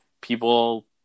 people